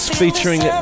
featuring